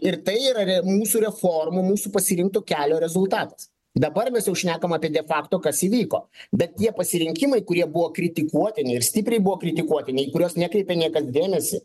ir tai yra re mūsų reformų mūsų pasirinkto kelio rezultatas dabar mes jau šnekam apie de fakto kas įvyko bet tie pasirinkimai kurie buvo kritikuotini ir stipriai buvo kritikuotiniį kuriuos nekreipė niekas dėmesį